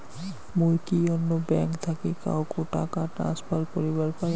মুই কি অন্য ব্যাঙ্ক থাকি কাহকো টাকা ট্রান্সফার করিবার পারিম?